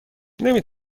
نمی